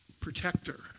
Protector